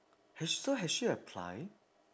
has so has she apply